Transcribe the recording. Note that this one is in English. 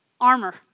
armor